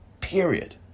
period